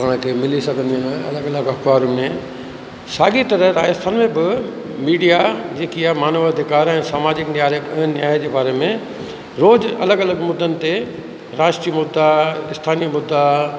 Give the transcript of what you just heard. पाण खे मिली सघंदियूं आहिनि अलॻि अलॻि अख़बारुनि में साॻी तरह राजस्थान में बि मीडिया जेकी आहे मानव अधिकार ऐं सामाजिक न्यारे न्याय जे बारे में रोज़ु अलॻि अलॻि मुदनि ते राष्ट्रीय मुदा स्थानीय मुदा